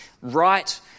right